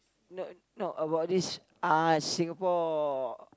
no no about this uh Singapore